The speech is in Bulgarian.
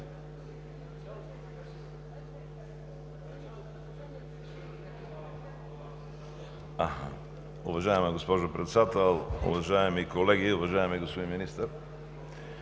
Уважаема госпожо Председател, уважаеми колеги, уважаеми господин Министър!